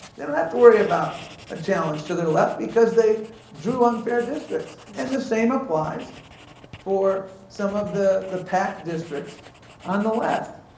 they don't have to worry about a challenge to their left because they drew unfair districts. and the same applies for some of the the pac districts on the left.